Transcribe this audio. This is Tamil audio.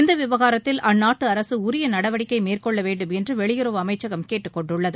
இந்த விவகாரத்தில் அந்நாட்டு அரசு உரிய நடவடிக்கை மேற்கொள்ள வேண்டுமென்று வெளியுறவு அமைச்சகம் கேட்டுக்கொண்டுள்ளது